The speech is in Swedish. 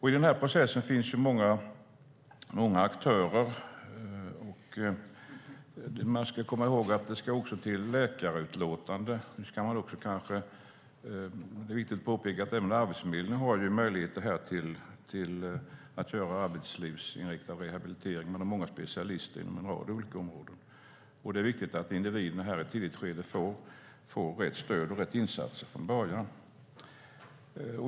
I den här processen finns det många aktörer. Man ska komma ihåg att det också ska till ett läkarutlåtande. Det är viktigt att påpeka att även Arbetsförmedlingen har möjlighet att göra arbetslivsinriktad rehabilitering - man har många specialister inom en rad olika områden. Det är viktigt att individen får rätt stöd och rätt insatser från början.